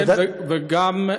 כן, וגם,